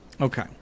Okay